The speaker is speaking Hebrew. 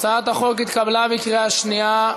הצעת החוק התקבלה בקריאה שנייה.